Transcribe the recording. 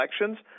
elections